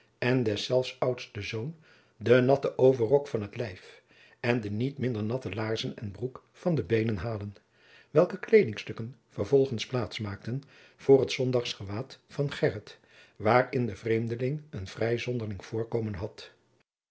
en deszelfs oudsten zoon den natten overrok van t lijf en de niet minder natte laarzen en broek van de beenen halen welke kleedingstukken vervolgens plaats maakten voor het zondagsgewaad van gheryt waarin de vreemdeling een vrij zonderling voorkomen had